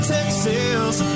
Texas